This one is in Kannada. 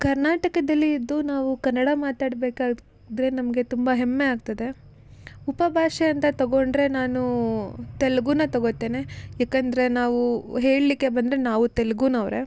ಕರ್ನಾಟಕದಲ್ಲಿ ಇದ್ದು ನಾವು ಕನ್ನಡ ಮಾತಾಡ್ಬೇಕಾದರೆ ನಮಗೆ ತುಂಬ ಹೆಮ್ಮೆ ಆಗ್ತದೆ ಉಪಭಾಷೆ ಅಂತ ತಗೊಂಡರೆ ನಾನು ತೆಲುಗುನ ತಗೊತೇನೆ ಯಾಕಂದ್ರೆ ನಾವು ಹೇಳ್ಲಿಕ್ಕೆ ಬಂದರೆ ನಾವು ತೆಲುಗುನವ್ರೇ